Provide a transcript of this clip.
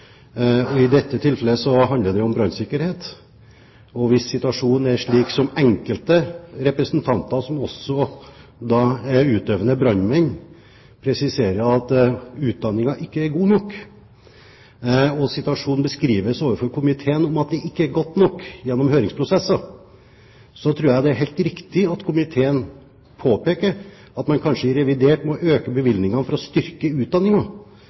enkeltområder. I dette tilfellet handler det om brannsikkerhet. Hvis situasjonen er slik som enkelte representanter som også er utøvende brannmenn, sier – de presiserer at utdanningen ikke er god nok, og situasjonen beskrives som ikke god nok overfor komiteen gjennom høringsprosesser – så tror jeg det er helt riktig at komiteen påpeker at man kanskje i revidert må øke bevilgningene for å styrke